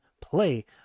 play